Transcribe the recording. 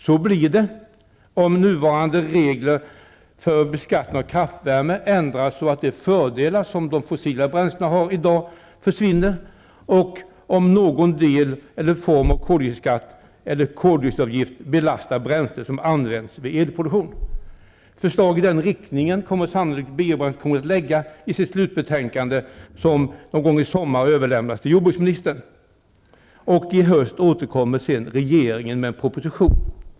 Så blir det om nuvarande regler för beskattning av kraftvärme ändras så att de fördelar som de fossila bränslena har i dag försvinner och om någon del eller form av koldioxidskatt eller koldioxidavgift belastar bränslen som användes vid elproduktion. Biobränslekommissionen kommer sannolikt lägga fram förslag i den riktningen i sitt slutbetänkande som överlämnas till jordbruksministern någon gång i sommar. I höst återkommer regeringen med en proposition.